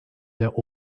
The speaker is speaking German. der